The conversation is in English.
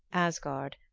asgard,